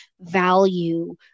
value